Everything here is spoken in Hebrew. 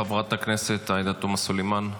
חברת הכנסת עאידה תומא סלימאן,